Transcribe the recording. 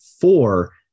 Four